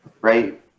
right